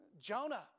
Jonah